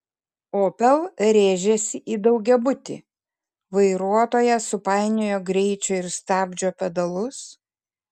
opel rėžėsi į daugiabutį vairuotoja supainiojo greičio ir stabdžio pedalus